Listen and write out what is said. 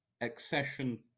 accession